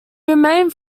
remained